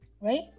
right